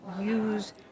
use